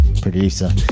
producer